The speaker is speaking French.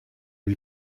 lui